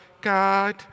God